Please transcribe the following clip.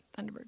Thunderbird